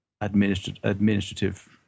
administrative